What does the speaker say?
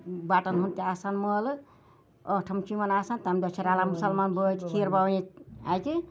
button ہُنٛد تہِ آسان مٲلہٕ ٲٹھِم چھُ یِمَن آسان تمہِ دۄہ چھِ رَلان مُسَلمان بٲے تہٕ کھیٖر بَوانی اَتہِ